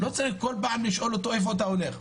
לא צריך בכל פעם לשאול אותו איפה הוא הולך.